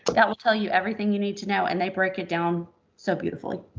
that will tell you everything you need to know and they break it down so beautifully.